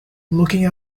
looking